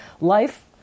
life